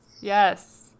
Yes